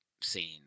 scene